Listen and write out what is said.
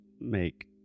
make